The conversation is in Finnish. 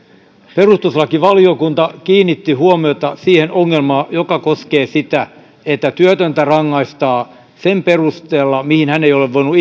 perustuslakivaliokunta kiinnitti huomiota siihen ongelmaan joka koskee sitä että työtöntä rangaistaan sen perusteella mihin hän ei ole voinut